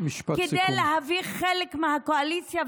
כדי להביך חלק מהקואליציה,